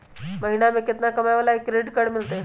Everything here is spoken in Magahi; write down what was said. महीना में केतना कमाय वाला के क्रेडिट कार्ड मिलतै?